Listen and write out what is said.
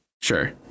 sure